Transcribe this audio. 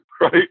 Right